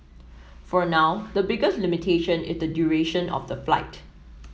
for now the biggest limitation is the duration of the flight